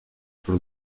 for